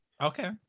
Okay